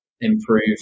improve